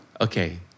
Okay